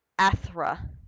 Athra